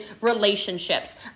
relationships